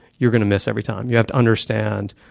you're going to miss every time. you have to understand